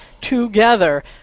together